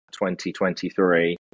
2023